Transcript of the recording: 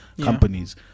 companies